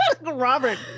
Robert